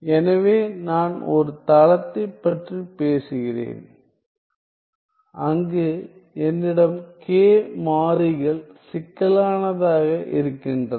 எனவே நான் ஒரு தளத்தைப் பற்றி பேசுகிறேன் அங்கு என்னிடம் k மாறிகள் சிக்கலானதாக இருக்கின்றன